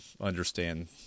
understand